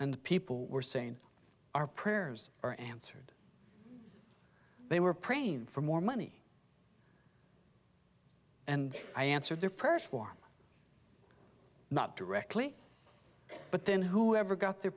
and people were saying our prayers are answered they were praying for more money and i answered their prayers for not directly but then whoever got their